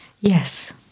Yes